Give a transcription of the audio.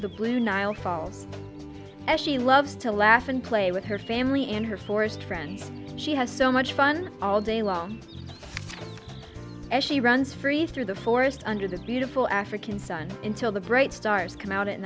the blue nile falls as she loves to laugh and play with her family and her forest friends she has so much fun all day long as she runs free through the forest under this beautiful african sun until the bright stars come out at